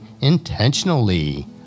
intentionally